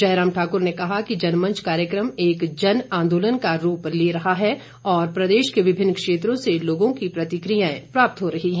जयराम ठाकुर ने कहा कि जनमंच कार्यक्रम एक जन आंदोलन का रूप ले रहा है और प्रदेश के विभिन्न क्षेत्रों से लोगों की प्रतिक्रियाएं प्राप्त हो रही हैं